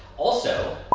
also,